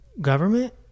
government